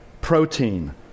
protein